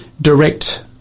direct